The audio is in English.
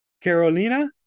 Carolina